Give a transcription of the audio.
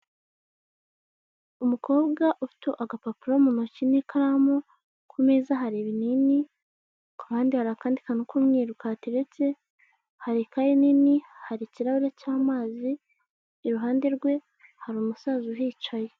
Umukobwa ufite agapapuro mu ntoki n'ikaramu, ku meza hari ibinini, ku ruhande hari akandi kantu k'umwiru kahateretse, hari ikaye nini, hari ikirahure cy'amazi, iruhande rwe hari umusaza uhicaye.